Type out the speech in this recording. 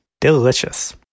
delicious